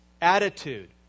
attitude